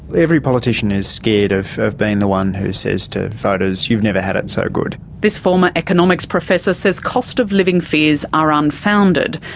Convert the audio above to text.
every politician is scared of of being the one who says to voters you've never had it so good. this former economics professor says cost of living fears are unfounded.